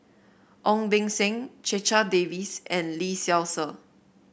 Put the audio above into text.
Ong Beng Seng Checha Davies and Lee Seow Ser